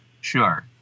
Sure